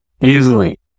Easily